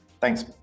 Thanks